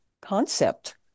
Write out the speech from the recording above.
concept